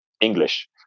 English